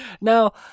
Now